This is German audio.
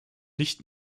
nicht